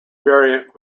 variant